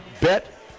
bet